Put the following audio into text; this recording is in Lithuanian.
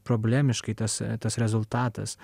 problemiškai tas tas rezultatas